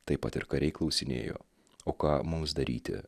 taip pat ir kariai klausinėjo o ką mums daryti